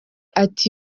ati